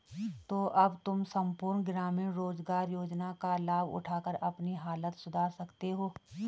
तो अब तुम सम्पूर्ण ग्रामीण रोज़गार योजना का लाभ उठाकर अपनी हालत सुधार सकते हो